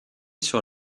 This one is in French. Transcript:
sur